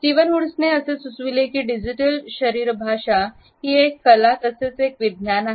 Steven वुड्सने असे सुचवले की डिजिटल शरीर भाषा ही एक कला तसेच एक विज्ञान आहे